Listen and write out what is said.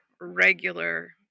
regular